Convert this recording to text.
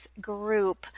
group